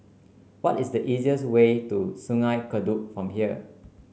what is the easiest way to Sungei Kadut from here